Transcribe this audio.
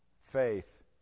Faith